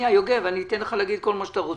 אני אתן לך להגיד כל מה שאתה רוצה.